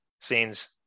scenes